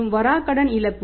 மற்றும் வராக்கடன் இழப்பு